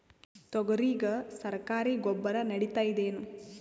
ತೊಗರಿಗ ಸರಕಾರಿ ಗೊಬ್ಬರ ನಡಿತೈದೇನು?